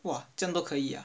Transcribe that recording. !wah! 这样都可以 ah